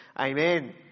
Amen